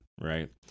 right—